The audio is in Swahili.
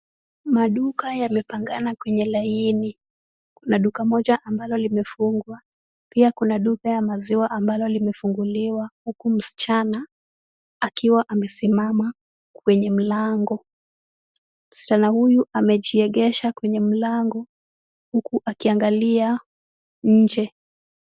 Maduka yamepangana kwenye laini . Kuna duka moja ambalo limefungwa, pia kuna duka ya maziwa ambalo limefunguliwa huku msichana akiwa amesimama kwenye mlango. Msichana huyu amejiegesha kwenye mlango huku akiangalia nje.